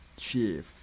Chief